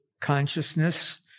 consciousness